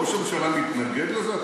ראש הממשלה מתנגד לזה?